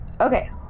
Okay